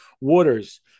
waters